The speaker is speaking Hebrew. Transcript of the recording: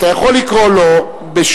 אתה יכול לקרוא לו בכינויו,